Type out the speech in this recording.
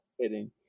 kidding